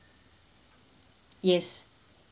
yes